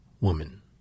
woman